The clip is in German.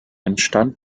entstand